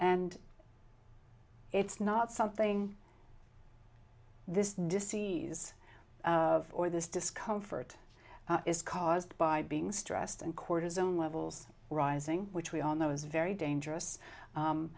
and it's not something this deceives or this discomfort is caused by being stressed and cortisone levels rising which we all know is very dangerous